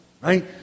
Right